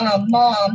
mom